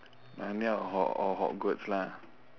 narnia hog~ or hogwarts lah